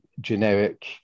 generic